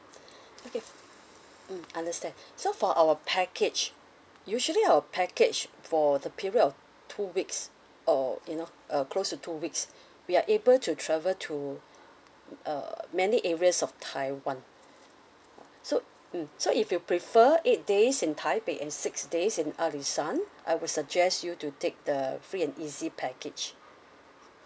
okay mm understand so for our package usually our package for the period of two weeks or you know uh close to two weeks we are able to travel to uh many areas of taiwan so mm so if you prefer eight days in taipei and six days in alishan I will suggest you to take the free and easy package